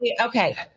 okay